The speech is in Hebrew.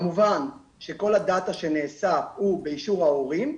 כמובן שכל הדטה שנאספה היא באישור ההורים,